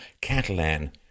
Catalan